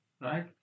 right